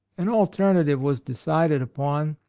an alternative was decided upon,